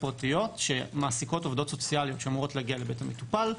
פרטיות שמעסיקות עובדות סוציאליות שאמורות להגיע לבית המטופל,